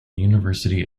university